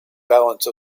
balance